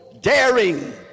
daring